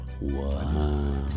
wow